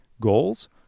goals